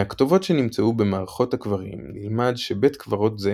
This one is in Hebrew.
מהכתובות שנמצאו במערכות הקברים נלמד שבית קברות זה